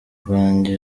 bwanjye